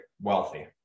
wealthy